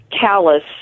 callous